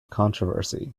controversy